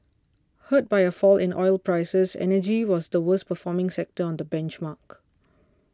hurt by a fall in oil prices energy was the worst performing sector on the benchmark